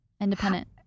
Independent